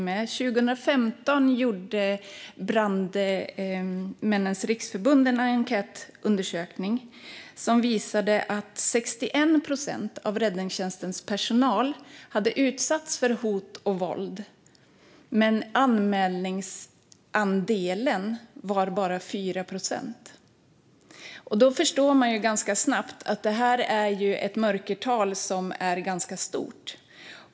År 2015 gjorde Brandmännens riksförbund en enkätundersökning som visade att 61 procent av räddningstjänstens personal hade utsatts för hot och våld, men anmälningsandelen var bara 4 procent. Då förstår man ju ganska snabbt att det här är ett mörkertal som är ganska stort.